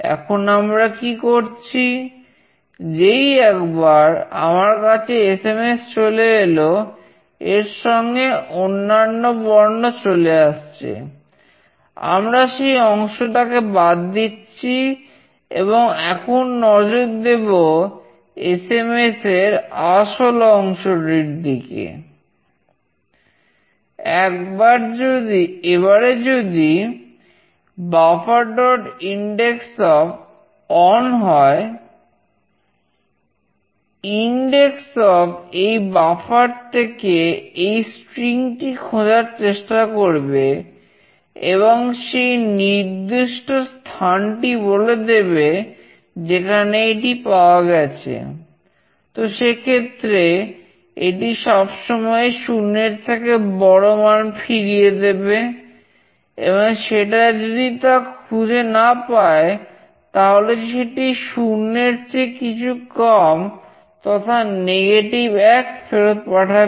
এবং এখন আমরা কি করছি যেই একবার আমার কাছে এসএমএসফেরত পাঠাবে